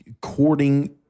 Courting